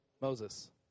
Moses